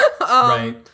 right